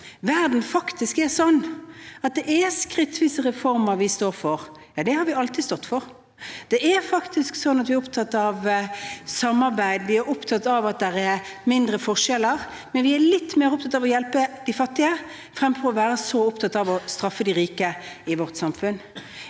verden faktisk er sånn at det er skrittvise reformer vi står for. Ja, det har vi alltid stått for. Det er faktisk sånn at vi er opptatt av samarbeid, vi er opptatt av at det er mindre forskjeller. Men vi er litt mer opptatt av å hjelpe de fattige fremfor å være så opptatt av å straffe de rike i vårt samfunn.